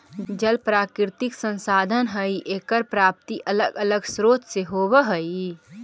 जल प्राकृतिक संसाधन हई एकर प्राप्ति अलग अलग स्रोत से होवऽ हई